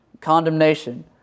condemnation